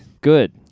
Good